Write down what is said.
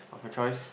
of your choice